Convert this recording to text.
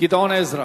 גדעון עזרא.